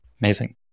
Amazing